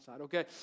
okay